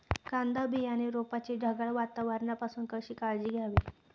कांदा बियाणे रोपाची ढगाळ वातावरणापासून काळजी कशी घ्यावी?